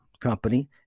company